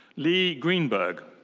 leigh greenberg.